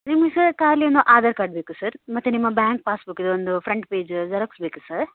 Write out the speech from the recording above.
ನಿಮಗೆ ಸರ್ ಖಾಲಿ ಒಂದು ಆಧಾರ್ ಕಾರ್ಡ್ ಬೇಕು ಸರ್ ಮತ್ತು ನಿಮ್ಮ ಬ್ಯಾಂಕ್ ಪಾಸ್ಬುಕ್ಕಿದ್ದು ಒಂದು ಫ್ರಂಟ್ ಪೇಜ್ ಜೆರಾಕ್ಸ್ ಬೇಕು ಸರ್